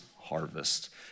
harvest